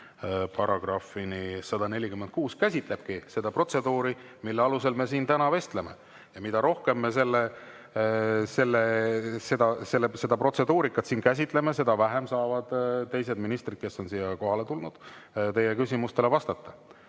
§-d 142–146 käsitlevadki seda protseduuri, mille alusel me siin täna vestleme. Ja mida rohkem me seda protseduurikat siin käsitleme, seda vähem saavad teised ministrid, kes on siia kohale tulnud, teie küsimustele vastata.